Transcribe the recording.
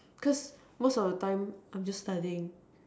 because most of the time I'm just studying